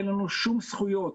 אין לנו שום זכויות,